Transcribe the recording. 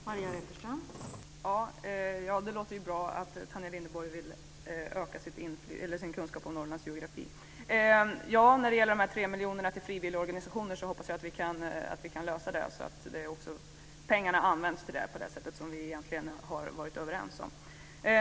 Fru talman! Det låter ju bra att Tanja Linderborg vill öka sin kunskap om Norrlands geografi. När det gäller de 3 miljonerna till frivilliga organisationer hoppas jag att vi kan finna en lösning så att pengarna också används på det sätt som vi egentligen har varit överens om.